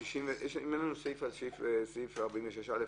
סעיף 46(א),